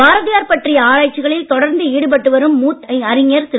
பாரதியார் பற்றிய ஆராய்ச்சிகளில் தொடர்ந்து ஈடுபட்டு வரும் மூத்த அறிஞர் திரு